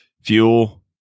fuel